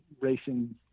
racing